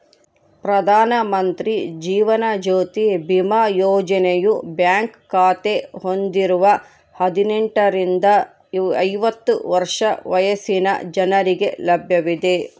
ಪ್ರಧಾನ ಮಂತ್ರಿ ಜೀವನ ಜ್ಯೋತಿ ಬಿಮಾ ಯೋಜನೆಯು ಬ್ಯಾಂಕ್ ಖಾತೆ ಹೊಂದಿರುವ ಹದಿನೆಂಟುರಿಂದ ಐವತ್ತು ವರ್ಷ ವಯಸ್ಸಿನ ಜನರಿಗೆ ಲಭ್ಯವಿದೆ